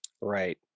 Right